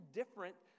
different